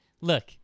Look